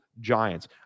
Giants